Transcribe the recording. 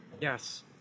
Yes